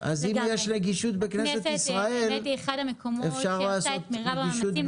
אחד המקומות שעושה את מירב המאמצים להנגיש את המקום.